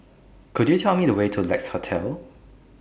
Could YOU Tell Me The Way to Lex Hotel